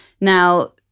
Now